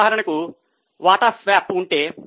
ఉదాహరణకు వాటా స్వాప్ ఉంటే